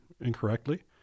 incorrectly